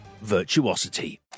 Virtuosity